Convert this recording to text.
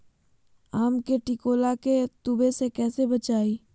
आम के टिकोला के तुवे से कैसे बचाई?